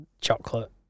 chocolate